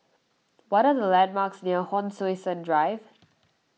what are the landmarks near Hon Sui Sen Drive